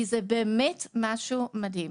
כי זה באמת משהו מדהים.